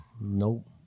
Nope